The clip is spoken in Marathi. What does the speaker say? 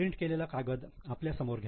प्रिंट केलेला कागद आपल्या समोर घ्या